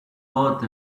bought